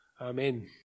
Amen